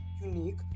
unique